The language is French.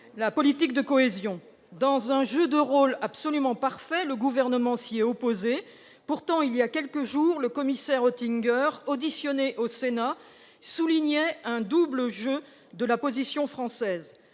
la politique de cohésion. Dans un jeu de rôles absolument parfait, le Gouvernement s'y est opposé. Pourtant, voilà quelques jours, le commissaire Oettinger, auditionné au Sénat, soulignait un double jeu de la France.